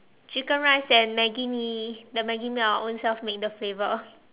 chicken rice and Maggi mee the Maggi mee I will own self make the flavour